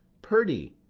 perdy.